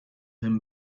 him